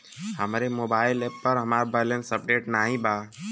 हमरे mobile app पर हमार बैलैंस अपडेट नाई बा